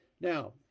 Now